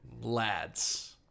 Lads